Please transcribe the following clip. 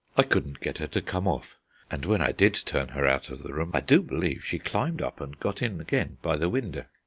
i couldn't get her to come off and when i did turn her out of the room, i do believe she climbed up and got in again by the winder.